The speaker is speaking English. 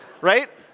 right